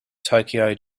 tokyo